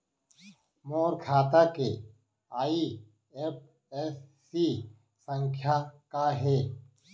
मोर खाता के आई.एफ.एस.सी संख्या का हे?